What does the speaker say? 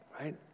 right